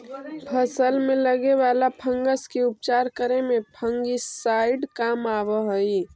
फसल में लगे वाला फंगस के उपचार करे में फंगिसाइड काम आवऽ हई